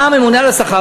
בא הממונה על השכר,